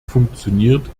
funktioniert